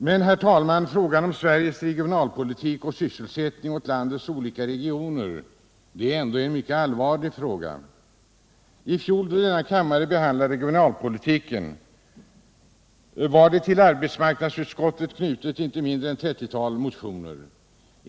Men, herr talman, frågan om Sveriges regionalpolitik och sysselsättning åt landets olika regioner är ändå en mycket allvarlig fråga. I fjol, då denna kammare behandlade regionalpolitiken, var till arbetsmarknadsutskottets betänkande knutet inte mindre än ett 30-tal motioner.